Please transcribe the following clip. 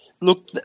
Look